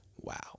wow